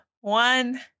one